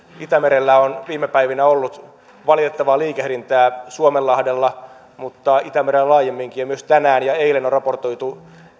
itämerellä on viime päivinä ollut valitettavaa liikehdintää suomenlahdella mutta itämerellä laajemminkin ja myös tänään ja eilen on raportoitu